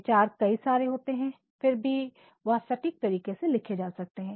विचार कई सारे होते हैं फिर भी वह सटीक तरीके से लिखे जा सकते हैं